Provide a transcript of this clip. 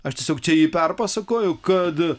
aš tiesiog čia perpasakoju kad